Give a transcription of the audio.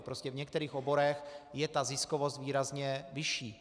Prostě v některých oborech je ta ziskovost výrazně vyšší.